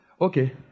Okay